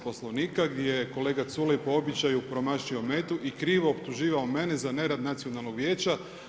Poslovnika gdje je kolega Culej po običaju promašio metu i krivo optuživao mene za nerad nacionalnog vijeća.